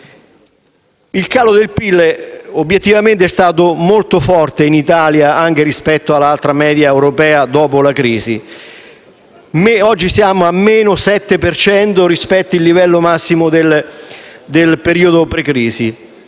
Il calo del PIL obiettivamente è stato molto forte in Italia anche rispetto alla media europea che ha seguito la crisi. Oggi siamo al -7 per cento rispetto al livello massimo del periodo precedente